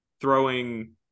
throwing –